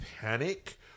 panic